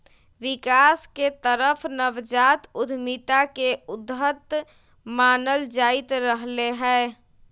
विकास के तरफ नवजात उद्यमिता के उद्यत मानल जाईंत रहले है